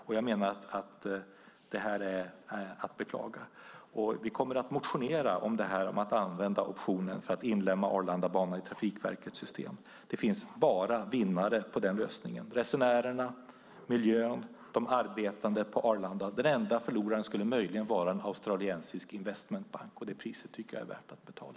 Jag menar att det är att beklaga. Vi kommer att motionera om att använda optionen för att inlemma Arlandabanan i Trafikverkets system. Det finns bara vinnare på den lösningen: resenärerna, miljön och de arbetande på Arlanda. Den enda förloraren skulle möjligen vara en australiensisk investmentbank, och det priset tycker jag är värt att betala.